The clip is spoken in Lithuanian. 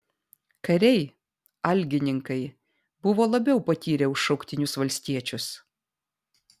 kariai algininkai buvo labiau patyrę už šauktinius valstiečius